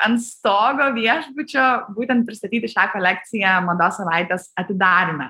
ant stogo viešbučio būtent pristatyti šią kolekciją mados savaitės atidaryme